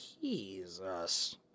Jesus